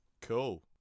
cool